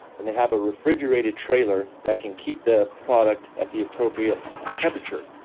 and they have a refrigerated trailer that can keep the product at the appropriate temperature.